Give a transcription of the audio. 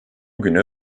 güne